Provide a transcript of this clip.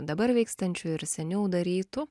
dabar vykstančių ir seniau darytų